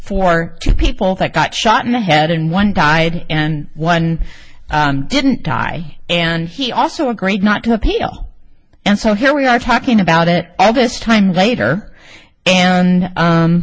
two people that got shot in the head and one died and one didn't die and he also agreed not to appeal and so here we are talking about it every time later and